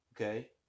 Okay